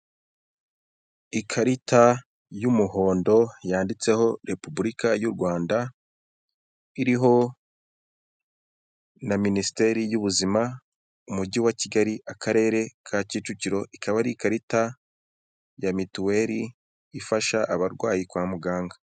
Ikarita y'umuhondo yanditseho repubulika y'u Rwanda iriho na minisiteri y'ubuzima umujyi wa Kigali akarere ka Kicukiro, ikaba ari ikarita ya mituweli ifasha abarwayi kwa muganga.